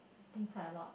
I think quite a lot